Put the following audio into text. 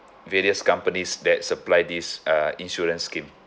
various companies that supply this uh insurance scheme